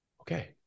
okay